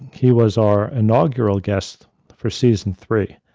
he was our inaugural guests for season three.